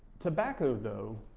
tobacco though,